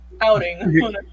outing